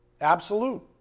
absolute